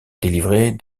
délivrer